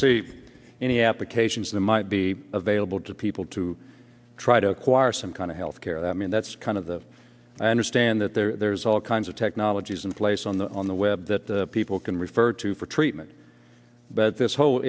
know any applications that might be available to people to try to acquire some kind of health care i mean that's kind of the i understand that there's all kinds of technologies in place on the on the web that people can refer to for treatment but this whole